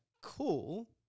cool